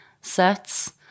sets